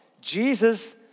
Jesus